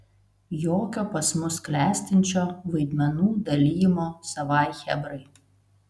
jokio pas mus klestinčio vaidmenų dalijimo savai chebrai